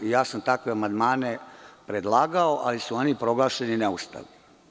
Ja sam takve amandmane predlagao, ali su oni proglašeni neustavnim.